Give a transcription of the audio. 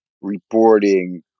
reporting